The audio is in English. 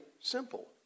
simple